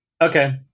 Okay